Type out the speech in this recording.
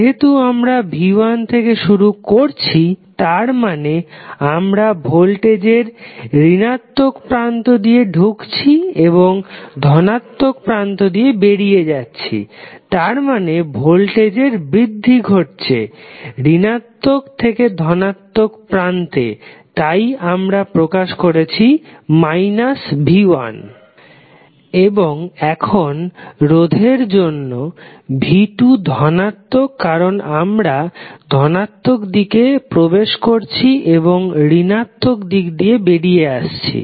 যেহেতু আমরা v1 থেকে শুরু করেছি তার মানে আমরা ভোল্টেজের ঋণাত্মক প্রান্ত দিয়ে ঢুকছি এবং ধনাত্মক প্রান্ত দিয়ে বেরিয়ে যাচ্ছি তার মানে ভোল্টেজের বৃদ্ধি ঘটছে ঋণাত্মক থেকে ধনাত্মক প্রান্তে তাই আমরা প্রকাশ করছি v1 এবং এখন রোধের জন্য v2 ধনাত্মক কারণ আমরা ধনাত্মক দিক দিয়ে প্রবেশ করছি এবং ঋণাত্মক দিক দিয়ে বেরিয়ে আসছি